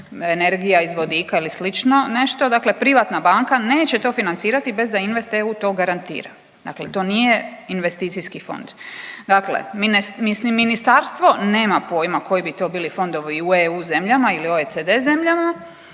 energija iz vodika ili slično nešto, dakle privatna banka neće to financirati bez da InvestEU to garantira. Dakle, to nije investicijski fond. Dakle, ministarstvo nema pojma koji bi to bili fondovi u EU zemljama ili OECD zemljama